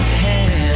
hands